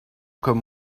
comme